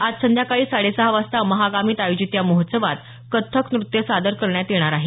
आज संध्याकाळी साडे सहा वाजता महागामीत आयोजित या महोत्सवात कथक नृत्य सादर करण्यात येणार आहे